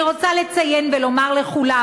אני רוצה לציין ולומר לכולם,